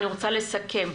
אני מבקשת לסכם.